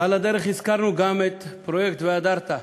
ועל הדרך הזכרנו גם את פרויקט "והדרת",